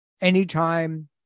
anytime